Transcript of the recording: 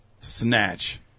Snatch